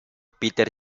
peter